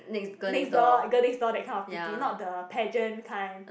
next door girl next door that kind of pretty not the pageant kind